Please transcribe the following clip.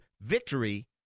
VICTORY